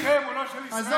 ההסכם הוא לא של ישראל,